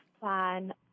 plan